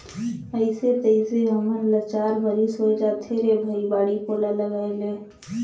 अइसे तइसे हमन ल चार बरिस होए जाथे रे भई बाड़ी कोला लगायेले